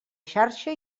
xarxa